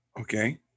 Okay